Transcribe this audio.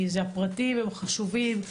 הפרטים הם חשובים,